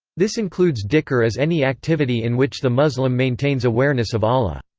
this includes dhikr as any activity in which the muslim maintains awareness of allah.